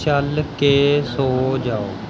ਚੱਲ ਕੇ ਸੌਂ ਜਾਓ